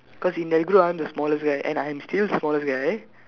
cause in the group I'm the smallest guy and I'm still smallest guy